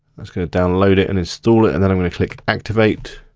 that's gonna download it and instal it. and then i'm gonna click activate.